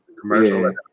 commercial